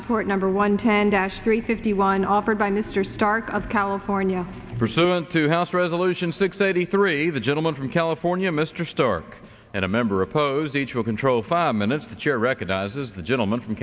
report number one ten dash three fifty line offered by mr stark of california pursuant to house resolution six eighty three the gentleman from california mr storch and a member oppose each will control five minutes the chair recognizes the gentleman from